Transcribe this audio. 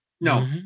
No